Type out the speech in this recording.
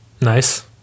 Nice